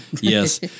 yes